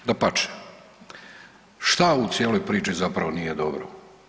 Dapače, što u cijelo priči zapravo nije dobro?